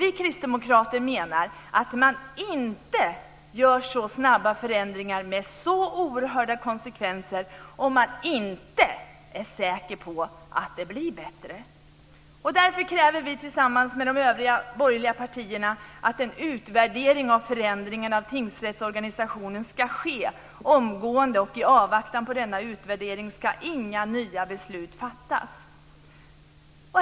Vi kristdemokrater menar att man inte gör så snabba förändringar med så oerhörda konsekvenser om man inte är säker på att det blir bättre. Därför kräver vi tillsammans med de övriga borgerliga partierna att en utvärdering av förändringarna av tingsrättsorganisationen ska ske omgående. I avvaktan på denna utvärdering ska inte nya beslut fattas.